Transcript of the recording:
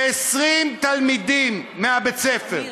ו-20 תלמידים מבית-הספר,